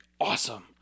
awesome